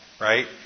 Right